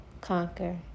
conquer